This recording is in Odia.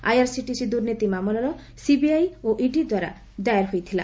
ଆଇଆାର୍ସିଟିସି ଦୁର୍ନୀତି ମାମଲା ସିବିଆଇ ଓ ଇଡି ଦ୍ୱାରା ଦାଏର ହୋଇଥିଲା